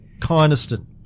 Kynaston